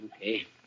Okay